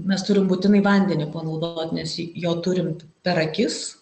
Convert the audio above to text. mes turim būtinai vandenį panaudot nes jo turim per akis